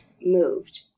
moved